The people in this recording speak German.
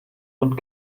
und